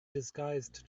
disguised